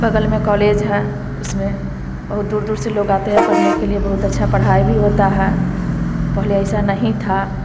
बगल में कॉलेज है उसमें बहुत दूर दूर से लोग आते हैं पढ़ने के लिए बहुत अच्छा पढ़ाई भी होता है पहले ऐसा नहीं था